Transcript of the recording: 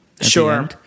Sure